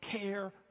care